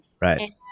Right